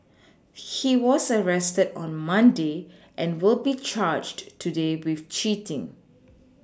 he was arrested on Monday and will be charged today with cheating